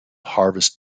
harvest